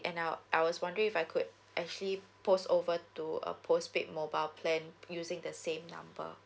and I I was wondering if I could actually post over to a postpaid mobile plan using the same number